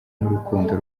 n’urukundo